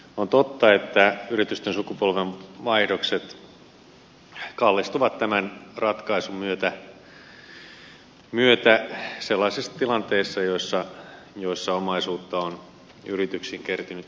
on totta että yritysten sukupolvenvaihdokset kallistuvat tämän ratkaisun myötä sellaisissa tilanteissa joissa omaisuutta on yrityksiin kertynyt huomattavia määriä